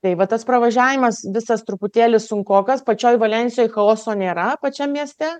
tai va tas pravažiavimas visas truputėlį sunkokas pačioj valensijoj chaoso nėra pačiam mieste